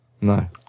no